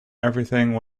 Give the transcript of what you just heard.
everything